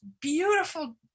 beautiful